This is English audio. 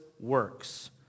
works